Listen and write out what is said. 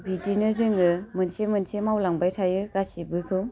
बिदिनो जोङो मोनसे मोनसे मावलांबाय थायो गासिबोखौ